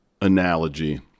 analogy